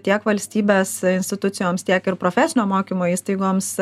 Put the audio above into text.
tiek valstybės institucijoms tiek ir profesinio mokymo įstaigoms